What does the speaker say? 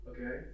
Okay